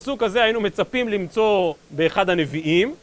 הסוג הזה היינו מצפים למצוא באחד הנביאים